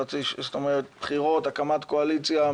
הקמת קואליציה,